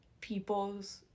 people's